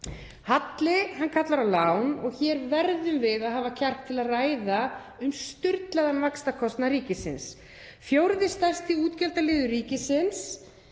Halli kallar á lán og hér verðum við að hafa kjark til þess að ræða um sturlaðan vaxtakostnað ríkisins. Fjórði stærsti útgjaldaliður ríkisins,